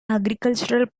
agricultural